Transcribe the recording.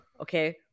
okay